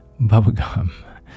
bubblegum